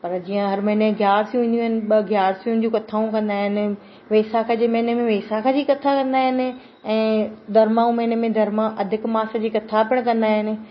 पर जीअं हर महिने ग्यारसियूं ईंदियूं आहिनि ॿ ग्यारसियुनि जी कथाऊं कंदा आहिनि वेसाख जे महिने में वेसाख जी कथा कंदा आहिनि ऐं धर्माऊं महिने में धर्मा अधिक मास जी कथा पिणु कंदा आहिनि